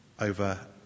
over